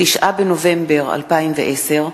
9 בנובמבר 2010,